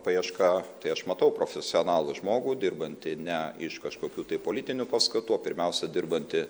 paieška tai aš matau profesionalų žmogų dirbantį ne iš kažkokių tai politinių paskatų o pirmiausia dirbantį